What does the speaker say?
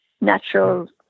natural